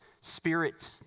Spirit